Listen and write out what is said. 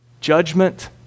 Judgment